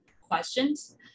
questions